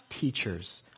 teachers